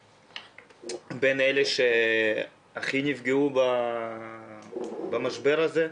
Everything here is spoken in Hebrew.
הם בין אלה שהכי נפגעו במשבר הזה.